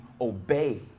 obey